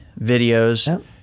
videos